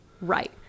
Right